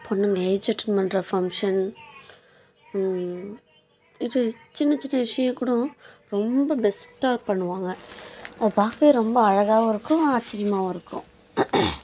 பொண்ணுங்க age attend பண்ற function இப்படி சின்ன சின்ன விஷயம் கூட ரொம்ப பெஸ்ட்டாக பண்ணுவாங்க அதை பார்க்க ரொம்ப அழகாகவும் இருக்கும் ஆச்சரியமாகவும் இருக்கும்